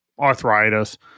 arthritis